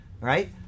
Right